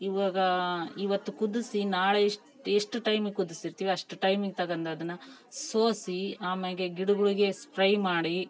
ಇವಾಗ ಇವತ್ತು ಕುದಿಸಿ ನಾಳೆ ಇಷ್ಟು ಎಷ್ಟು ಟೈಮಿಗೆ ಕುದಿಸಿರ್ತೀವಿ ಅಷ್ಟು ಟೈಮಿಗೆ ತಗಂಡು ಅದನ್ನು ಸೋಸಿ ಆಮ್ಯಾಗೆ ಗಿಡಗುಳಿಗೆ ಸ್ಪ್ರೈ ಮಾಡಿ